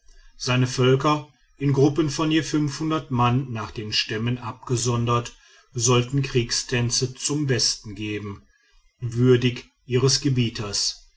seine völker in gruppen von je mann nach den stämmen abgesondert sollten kriegstänze zum besten geben würdig ihres gebieters